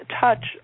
touch